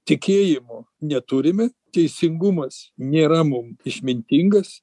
tikėjimo neturime teisingumas nėra mum išmintingas